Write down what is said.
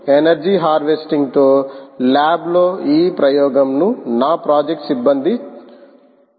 energy harvester తో lab లో ఈ ప్రయోగంను నా ప్రాజెక్ట్ సిబ్బంది చూస్తున్నారు